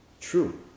true